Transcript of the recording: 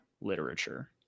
literature